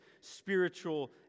spiritual